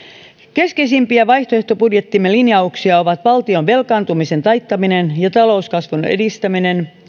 keskeisimpiä vaihtoehtobudjettimme linjauksia ovat valtion velkaantumisen taittaminen ja talouskasvun edistäminen